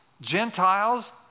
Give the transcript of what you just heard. Gentiles